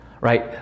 Right